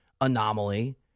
anomaly